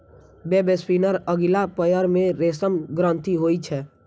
वेबस्पिनरक अगिला पयर मे रेशम ग्रंथि होइ छै